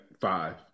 five